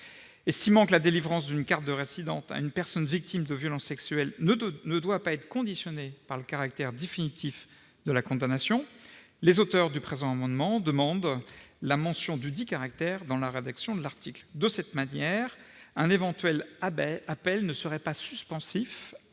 Estimant que la délivrance d'une carte de résident à une personne victime de violences sexuelles ne doit pas être conditionnée au caractère définitif de la condamnation de l'agresseur, les auteurs du présent amendement demandent la suppression de la mention dudit caractère dans la rédaction de l'article. De cette manière, un éventuel appel ne suspendrait pas l'octroi